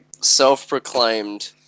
self-proclaimed